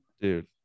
Dude